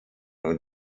und